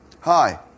Hi